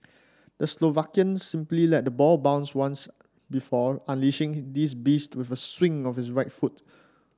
the Slovakian simply let the ball bounced once before unleashing this beast with a swing of his right foot